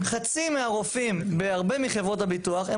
חצי מהרופאים בהרבה מחברות ביטוח הם